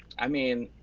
i mean,